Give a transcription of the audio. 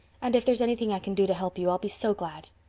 and if there's anything i can do to help you i'll be so glad.